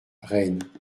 rennes